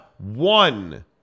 one